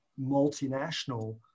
multinational